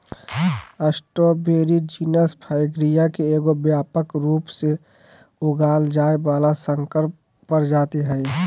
strawberry genus Fragaria के एगो व्यापक रूप से उगाल जाय वला संकर प्रजाति हइ